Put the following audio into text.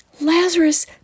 Lazarus